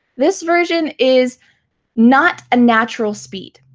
this version is not a natural speed,